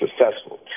successful